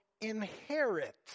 inherit